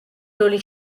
როლი